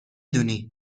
دونی